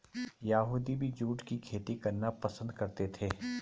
यहूदी भी जूट की खेती करना पसंद करते थे